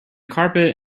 carpet